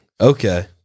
okay